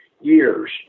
years